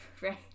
Right